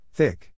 Thick